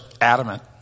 adamant